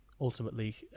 ultimately